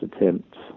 attempts